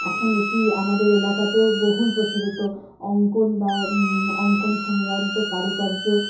এখন এটি আমাদের এলাকাতেও বহু প্রচলিত অঙ্কন বা অঙ্কন সংক্রান্ত কারুকর্য